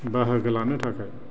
बाहागो लानो थाखाय